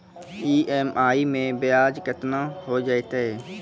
EMI मैं ब्याज केतना हो जयतै?